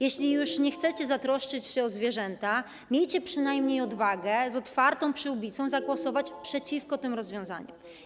Jeśli już nie chcecie zatroszczyć się o zwierzęta, miejcie przynajmniej odwagę z otwartą przyłbicą zagłosować przeciwko tym rozwiązaniom.